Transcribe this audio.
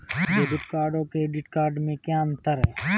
Debit card और credit card में क्या अंतर है?